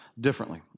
differently